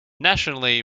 nationally